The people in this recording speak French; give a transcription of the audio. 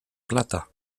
plata